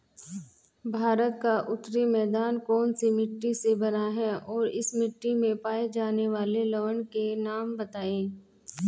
भारत का उत्तरी मैदान कौनसी मिट्टी से बना है और इस मिट्टी में पाए जाने वाले लवण के नाम बताइए?